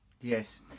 Yes